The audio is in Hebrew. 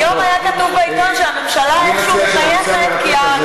היום היה כתוב בעיתון שהממשלה איכשהו מחייכת,